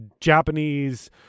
Japanese